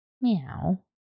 Meow